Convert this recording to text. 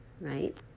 right